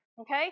okay